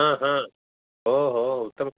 आं हां ओहो उत्तम्